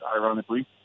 ironically